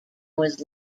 was